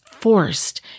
Forced